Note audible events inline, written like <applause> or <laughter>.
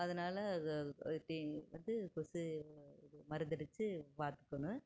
அதனால <unintelligible> வந்து கொசு மருந்தடிச்சு பார்த்துக்கணும்